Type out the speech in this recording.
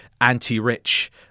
anti-rich